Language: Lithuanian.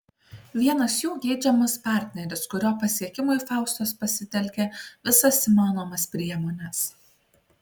vienas jų geidžiamas partneris kurio pasiekimui faustos pasitelkia visas įmanomas priemones